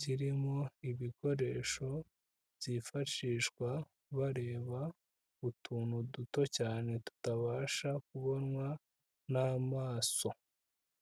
kirimo ibikoresho byifashishwa bareba utuntu duto cyane tutabasha kubonwa n'amaso.